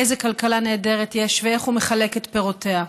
איזו כלכלה נהדרת יש ואיך הוא מחלק את פירותיה.